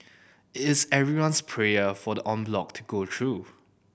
it's everyone's prayers for the en bloc to go through